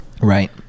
Right